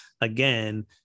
again